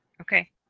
Okay